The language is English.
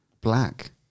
black